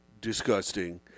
Disgusting